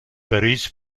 paris